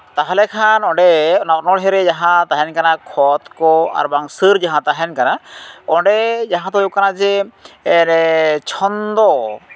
ᱛᱟᱦᱚᱞᱮ ᱠᱷᱟᱱ ᱚᱸᱰᱮ ᱚᱱᱟ ᱚᱱᱚᱲᱦᱮᱸ ᱨᱮ ᱡᱟᱦᱟᱸ ᱛᱟᱦᱮᱱ ᱠᱟᱱᱟ ᱠᱷᱚᱛ ᱠᱚ ᱟᱨ ᱵᱟᱝ ᱥᱟᱹᱨ ᱡᱟᱦᱟᱸ ᱛᱟᱦᱮᱱ ᱠᱟᱱᱟ ᱚᱸᱰᱮ ᱡᱟᱦᱟᱸ ᱫᱚ ᱦᱩᱭᱩᱜ ᱠᱟᱱᱟ ᱡᱮ ᱪᱷᱚᱱᱫᱚ